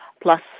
plus